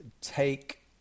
take